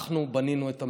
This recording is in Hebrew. אנחנו בנינו את המדינה,